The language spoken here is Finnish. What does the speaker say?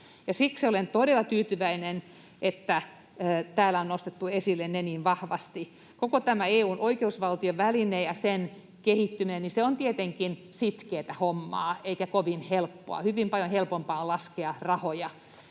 siksi olen todella tyytyväinen, että täällä on nostettu ne esille niin vahvasti. Koko tämän EU:n oikeusvaltiovälineen kehittyminen on tietenkin sitkeätä hommaa eikä kovin helppoa. Hyvin paljon helpompaa on laskea rahoja.